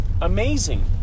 Amazing